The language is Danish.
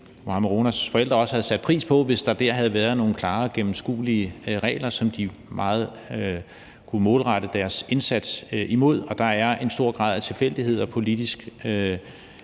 Mohammad Ronas forældre også havde sat pris på, at der der havde været nogle klare, gennemskuelige regler, som de kunne målrette deres indsats efter. Der er en stor grad af tilfældighed og politisk